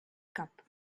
cup